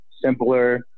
simpler